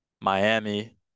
Miami